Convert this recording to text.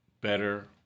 better